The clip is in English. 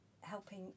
helping